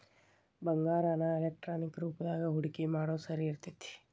ಬಂಗಾರಾನ ಎಲೆಕ್ಟ್ರಾನಿಕ್ ರೂಪದಾಗ ಹೂಡಿಕಿ ಮಾಡೊದ್ ಸರಿ ಇರ್ತೆತಿ